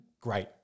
Great